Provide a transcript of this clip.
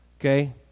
Okay